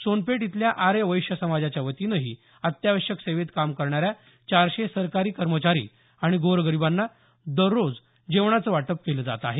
सोनपेठ इथल्या आर्य वैश्य समाजाच्या वतीनं अत्यावश्यक सेवेत काम करणाऱ्या चारशे सरकारी कर्मचारी आणि गोरगरिबांना दररोज जेवणाचं वाटप केलं जात आहे